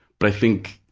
but i think